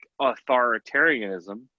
authoritarianism